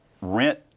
rent